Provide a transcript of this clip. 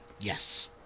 yes